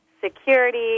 security